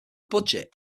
budget